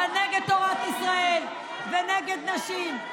אתה נגד תורת ישראל ונגד נשים.